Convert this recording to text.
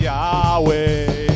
Yahweh